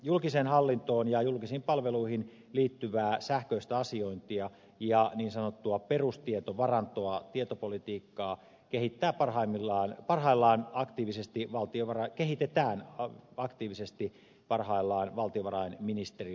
julkiseen hallintoon ja julkisiin palveluihin liittyvää sähköistä asiointia ja niin sanottua perustietovarantoa tietopolitiikkaa kehittää parhaimmillaan parhaillaan aktiivisesti valtiovarai kehitetään aktiivisesti parhaillaan valtiovarainministeriön johdolla